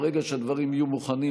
ברגע שהדברים יהיו מוכנים,